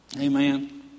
Amen